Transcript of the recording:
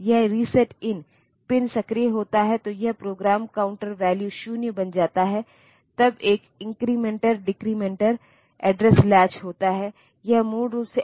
तो यदि एक कोड फ्रेगमेंट यथोचित रूप से छोटा है और यदि आप एक अनुभवी प्रोग्रामर हैं तो संभवतः आप मशीन लैंग्वेज में सबसे अच्छा संभव प्रोग्राम लिख सकते हैं जो किसी भी अन्य प्रोग्राम से बेहतर होगा जो C या C में लिखा गया है